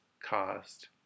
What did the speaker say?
caused